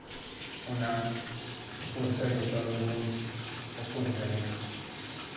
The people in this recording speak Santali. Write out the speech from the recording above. ᱚᱱᱟ ᱩᱯᱟᱹᱥᱫᱚ ᱡᱚᱛᱚ ᱜᱮᱵᱚᱱ ᱩᱯᱟᱹᱥ ᱫᱟᱲᱮᱭᱟᱜᱼᱟ